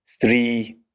three